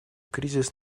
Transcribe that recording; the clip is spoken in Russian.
кризис